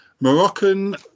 moroccan